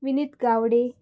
Vineet Gawade